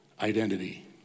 identity